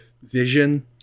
vision